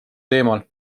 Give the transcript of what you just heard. teemal